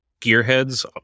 gearheads